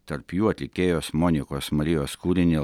tarp jų atlikėjos monikos marijos kūrinį